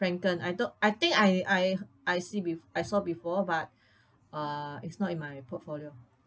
Frencken I don't I think I I I see bef~ I saw before but uh it's not in my portfolio